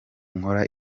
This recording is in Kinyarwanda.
nkora